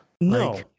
no